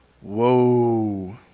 whoa